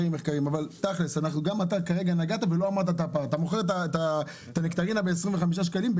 אבל בתכלס אם אתה מוכר את הנקטרינה ב-25 שקלים,